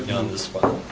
on the spot.